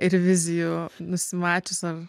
ir vizijų nusimačius